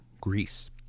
Greece